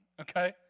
okay